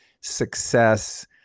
success